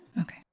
Okay